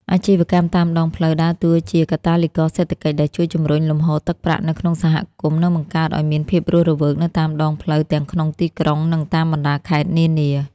អាជីវកម្មតាមដងផ្លូវដើរតួជាកាតាលីករសេដ្ឋកិច្ចដែលជួយជម្រុញលំហូរទឹកប្រាក់នៅក្នុងសហគមន៍ និងបង្កើតឱ្យមានភាពរស់រវើកនៅតាមដងផ្លូវទាំងក្នុងទីក្រុង និងតាមបណ្ដាខេត្តនានា។